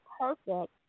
perfect